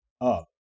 up